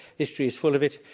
history is full of it,